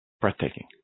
breathtaking